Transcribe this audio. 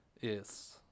Yes